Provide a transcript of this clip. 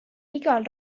igal